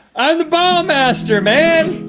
i'm the ball master, man!